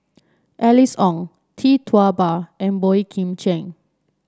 Alice Ong Tee Tua Ba and Boey Kim Cheng